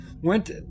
went